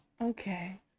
Okay